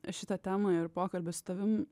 šitą temą ir pokalbį su tavim